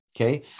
okay